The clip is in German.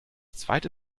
zweite